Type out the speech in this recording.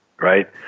right